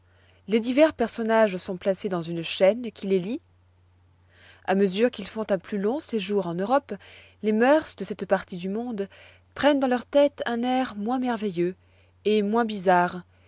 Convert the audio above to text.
les divers personnages sont placés dans une chaîne qui les lie à mesure qu'ils font un plus long séjour en europe les mœurs de cette partie du monde prennent dans leur tête un air moins merveilleux et moins bizarre